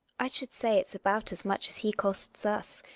i should say it's about as much as he costs us,